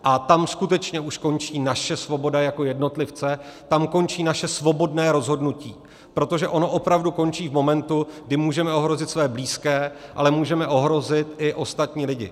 A tam skutečně už končí naše svoboda jako jednotlivce, tam končí naše svobodné rozhodnutí, protože ono opravdu končí v momentu, kdy můžeme ohrozit své blízké, ale můžeme ohrozit i ostatní lidi.